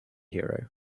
hero